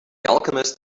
alchemist